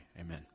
Amen